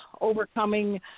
overcoming